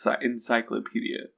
encyclopedia